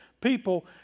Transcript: people